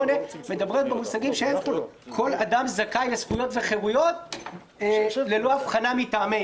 מדברות במושגים שכל אדם זכאי לזכויות וחירויות ללא אבחנה מטעמי